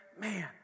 man